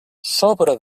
sobra